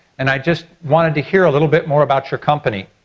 and i just wanted to hear a little bit more about your company.